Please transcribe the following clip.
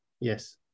Yes